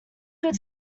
good